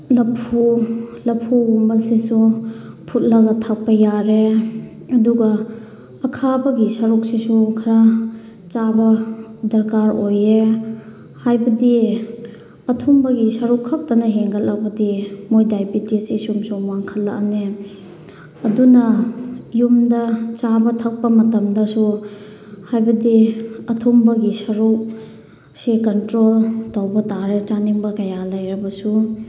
ꯂꯐꯨ ꯂꯐꯨꯒꯨꯝꯕꯁꯤꯁꯨ ꯐꯨꯠꯂꯒ ꯊꯛꯄ ꯌꯥꯔꯦ ꯑꯗꯨꯒ ꯑꯈꯥꯕꯒꯤ ꯁꯔꯨꯛꯁꯤꯁꯨ ꯈꯔ ꯆꯥꯕ ꯗꯔꯀꯥꯔ ꯑꯣꯏꯌꯦ ꯍꯥꯏꯕꯗꯤ ꯑꯊꯨꯝꯕꯒꯤ ꯁꯔꯨꯛ ꯈꯛꯇꯅ ꯍꯦꯟꯒꯠꯂꯕꯗꯤ ꯃꯣꯏ ꯗꯥꯏꯕꯤꯇꯤꯁꯁꯤ ꯁꯨꯝ ꯁꯨꯝ ꯋꯥꯡꯈꯠꯂꯛꯑꯅꯤ ꯑꯗꯨꯅ ꯌꯨꯝꯗ ꯆꯥꯕ ꯊꯛꯄ ꯃꯇꯝꯗꯁꯨ ꯍꯥꯏꯕꯗꯤ ꯑꯊꯨꯝꯕꯒꯤ ꯁꯔꯨꯛꯁꯦ ꯀꯟꯇ꯭ꯔꯣꯜ ꯇꯧꯕ ꯇꯥꯔꯦ ꯆꯥꯅꯤꯡꯕ ꯀꯌꯥ ꯂꯩꯔꯕꯁꯨ